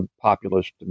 populist